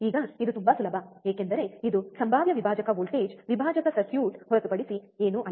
ಈಗ ಇದು ತುಂಬಾ ಸುಲಭ ಏಕೆಂದರೆ ಇದು ಸಂಭಾವ್ಯ ವಿಭಾಜಕ ವೋಲ್ಟೇಜ್ ವಿಭಾಜಕ ಸರ್ಕ್ಯೂಟ್ ಹೊರತುಪಡಿಸಿ ಏನೂ ಅಲ್ಲ